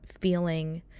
feeling